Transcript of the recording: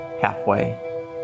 halfway